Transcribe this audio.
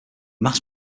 mass